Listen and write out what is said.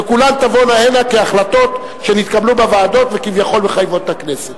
וכולן תבואנה הנה כהחלטות שנתקבלו בוועדות וכביכול הן מחייבות את הכנסת.